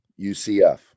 UCF